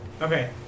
Okay